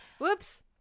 whoops